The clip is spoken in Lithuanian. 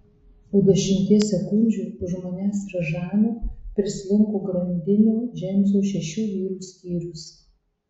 po dešimties sekundžių už manęs ir žano prislinko grandinio džeimso šešių vyrų skyrius